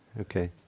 Okay